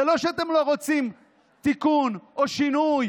זה לא שאתם לא רוצים תיקון או שינוי